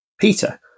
Peter